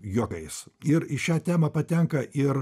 juokais ir į šią temą patenka ir